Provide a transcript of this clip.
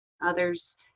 others